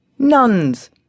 Nuns